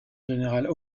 général